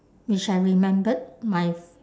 which I remembered my f~